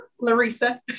Larissa